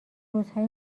روزهای